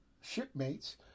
shipmates